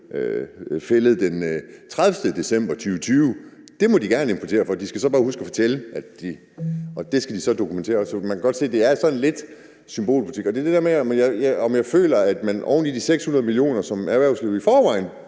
fældet den 30. december 2020, må man gerne importere det. De skal bare huske at fortælle det og dokumentere det. Man kan godt sige, at det er lidt symbolpolitik. Det er det der med, at jeg tænker, at man med de 600 mio. kr., som erhvervslivet i forvejen